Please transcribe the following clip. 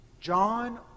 John